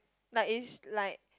like is like